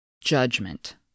judgment